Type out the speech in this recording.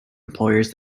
employers